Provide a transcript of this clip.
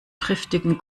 triftigen